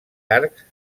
arcs